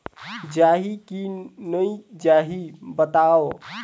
जाही की नइ जाही बताव?